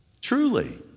Truly